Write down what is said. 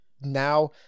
now